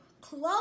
close